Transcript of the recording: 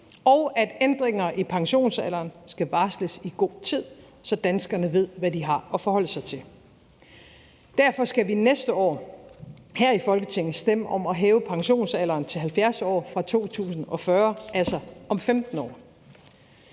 og at ændringer i pensionsalderen skal varsles i god tid, så danskerne ved, hvad de har at forholde sig til. Derfor skal vi næste år her i Folketinget stemme om at hæve pensionsalderen til 70 år fra 2040, altså om 15 år.